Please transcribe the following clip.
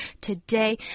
today